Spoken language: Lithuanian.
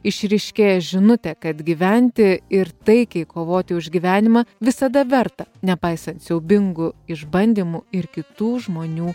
išryškėja žinutė kad gyventi ir taikiai kovoti už gyvenimą visada verta nepaisant siaubingų išbandymų ir kitų žmonių